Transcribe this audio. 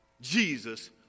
Jesus